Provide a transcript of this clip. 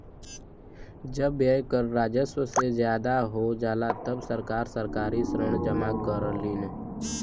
जब व्यय कर राजस्व से ज्यादा हो जाला तब सरकार सरकारी ऋण जमा करलीन